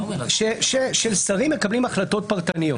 ששרים מקבלים החלטות פרטניות.